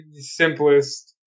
simplest